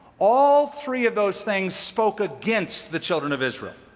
all three of those things spoke against the children of israel.